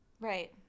Right